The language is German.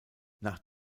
nach